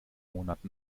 monat